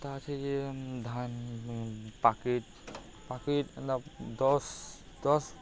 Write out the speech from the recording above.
ତା ଅଛେ ଯେ ଧାନ୍ ପାକେଟ୍ ପାକେଟ୍ ଏନ୍ତା ଦଶ୍ ଦଶ୍